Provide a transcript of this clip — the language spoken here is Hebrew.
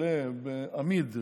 אמיד,